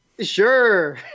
Sure